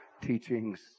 teachings